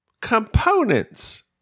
components